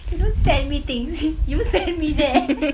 you don't send me things you send me there